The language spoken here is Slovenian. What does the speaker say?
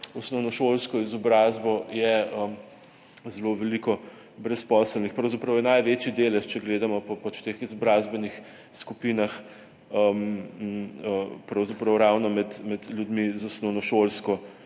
osnovnošolsko izobrazbo zelo veliko brezposelnih. Pravzaprav je največji delež, če gledamo po teh izobrazbenih skupinah, pravzaprav ravno med ljudmi z osnovnošolsko